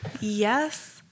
Yes